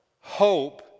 hope